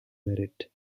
merit